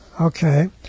Okay